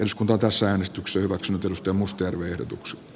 uskonto päässään istuksivaksen tutkimustyön verotuksen